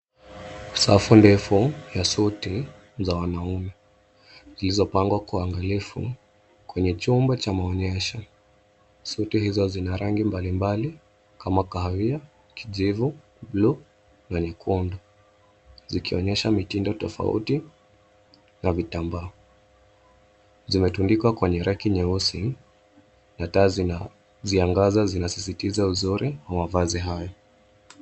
Safu ndefu ya suti za wanaume, zilizopangwa kwa uangalifu kwenye chumba cha maonyesho. Suti hizo zina rangi mbalimbali kama kahawia, kijivu, buluu na nyekundu. Zikionyesha mitindo tofauti, na vitambaa, zimetundikwa kwenye raki nyeusi, na taa zina ziangaza, zinasisitiza uzuri wa mavazi haya.